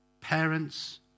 Parents